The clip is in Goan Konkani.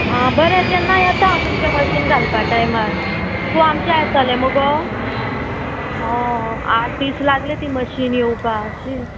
आं बरें तेन्ना येता हांव तुमचें मशीन घालपा टायमार तूं आमचें येतलें मुगो हय आठ दीस लागली ती मशीन येवपा अशी